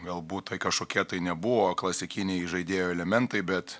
galbūt tai kažkokie tai nebuvo klasikiniai įžaidėjo elementai bet